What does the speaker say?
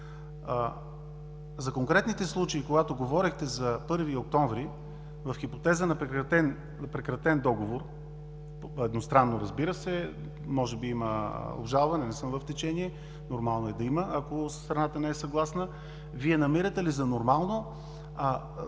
За конкретните случаи, когато говорехте за 1 октомври в хипотеза на прекратен договор, едностранно, разбира се, може би има обжалване, не съм в течение, нормално е да има, ако страната не е съгласна, Вие намирате ли за нормално